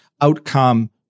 outcome